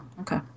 okay